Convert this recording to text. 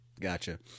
Gotcha